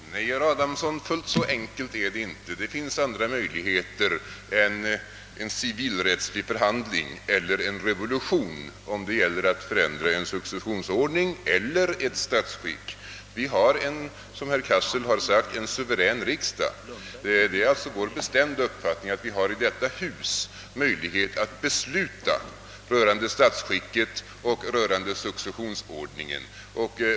Herr talman! Nej, herr Adamsson, fullt så enkelt är det inte. Det finns andra möjligheter än en civilrättslig förhandling eller en revolution, om det gäller att förändra en successionsordning eller ett statsskick. Vi har, som herr Cassel har sagt, en suverän riksdag, och det är min bestämda uppfattning att det finns i detta hus möjlighet att besluta rörande stats skicket och successionsordningen.